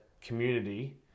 community